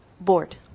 board